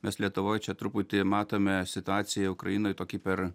mes lietuvoj čia truputį matome situaciją ukrainoj tokį per